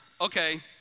Okay